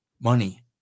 money